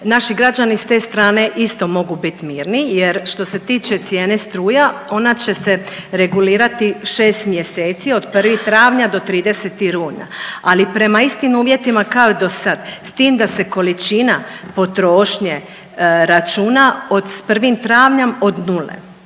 naši građani s te strane isto mogu bit mirni jer što se tiče cijene struja ona će se regulirati šest mjeseci od 1. travnja do 30. rujna ali prema istim uvjetima kao i do sad s tim da se količina potrošnje računa od 1. travnjem od nule